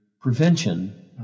prevention